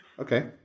Okay